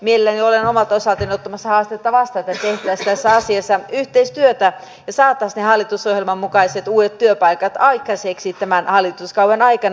mielelläni olen omalta osaltani ottamassa haastetta vastaan että tehtäisiin tässä asiassa yhteistyötä ja saataisiin ne hallitusohjelman mukaiset uudet työpaikat aikaiseksi tämän hallituskauden aikana